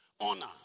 Honor